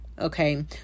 Okay